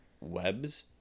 webs